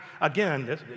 again